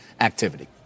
activity